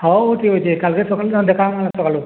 ହଉ ଠିକ୍ ଅଛେ କାଲ୍କେ ସକଳୁ ନହେଲେ ଦେଖାହେମା ନହେଲେ ସକାଳୁ